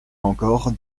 encore